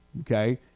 Okay